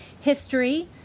history